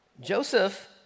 Joseph